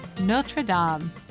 Notre-Dame